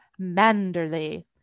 Manderley